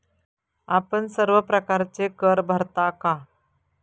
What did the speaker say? आपण सर्व प्रकारचे कर भरता का?